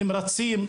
נמרצים,